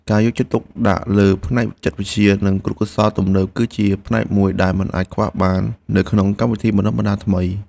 ការយកចិត្តទុកដាក់លើផ្នែកចិត្តវិទ្យានិងគរុកោសល្យទំនើបគឺជាផ្នែកមួយដែលមិនអាចខ្វះបាននៅក្នុងកម្មវិធីបណ្តុះបណ្តាលថ្មី។